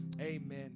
Amen